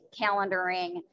calendaring